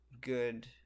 good